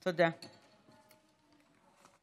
בעד, שניים, נגד,